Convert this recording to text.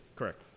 Correct